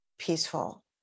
peaceful